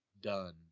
done